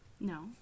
No